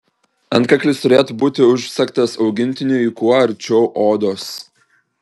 antkaklis turėtų būti užsegtas augintiniui kuo arčiau odos